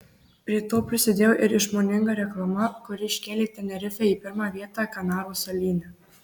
prie to prisidėjo ir išmoninga reklama kuri iškėlė tenerifę į pirmą vietą kanarų salyne